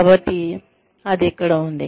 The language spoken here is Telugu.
కాబట్టి అది ఇక్కడ ఉంది